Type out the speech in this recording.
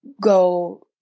go